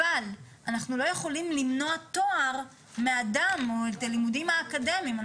אבל אנחנו לא יכולים למנוע תואר או לימודים אקדמיים מאדם,